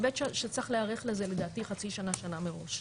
וב' שצריך להיערך לזה לדעתי חצי שנה-שנה מראש,